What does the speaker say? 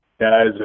guys